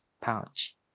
Pouch